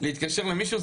להתקשר למישהו.